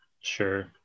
sure